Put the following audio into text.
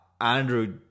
Andrew